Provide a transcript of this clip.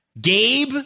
Gabe